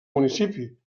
municipi